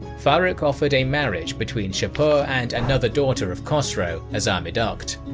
farrukh offered a marriage between shapur and another daughter of khosrow, azarmidokht,